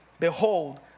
Behold